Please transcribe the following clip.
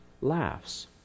laughs